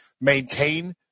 maintain